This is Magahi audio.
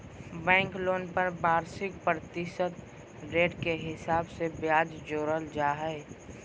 बैंक लोन पर वार्षिक प्रतिशत रेट के हिसाब से ब्याज जोड़ल जा हय